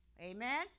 Amen